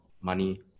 money